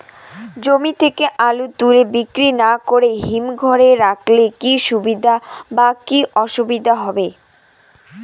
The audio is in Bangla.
জমি থেকে আলু তুলে বিক্রি না করে হিমঘরে রাখলে কী সুবিধা বা কী অসুবিধা হবে?